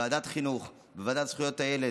בוועדת החינוך וזכויות הילד,